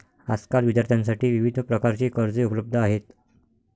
आजकाल विद्यार्थ्यांसाठी विविध प्रकारची कर्जे उपलब्ध आहेत